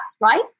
right